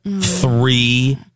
Three